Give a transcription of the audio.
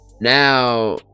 now